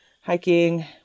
hiking